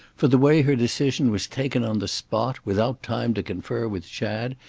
for the way her decision was taken on the spot, without time to confer with chad,